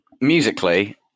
musically